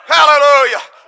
Hallelujah